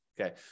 okay